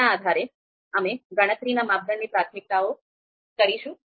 તેના આધારે અમે ગણતરીના માપદંડની પ્રાથમિકતાઓ કરીશું